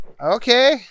Okay